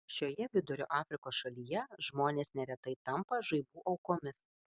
šioje vidurio afrikos šalyje žmonės neretai tampa žaibų aukomis